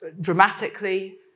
dramatically